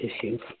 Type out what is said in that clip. issues